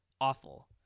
awful